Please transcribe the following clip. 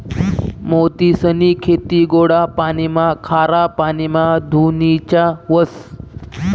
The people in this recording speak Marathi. मोतीसनी खेती गोडा पाणीमा, खारा पाणीमा धोनीच्या व्हस